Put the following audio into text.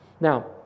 Now